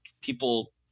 people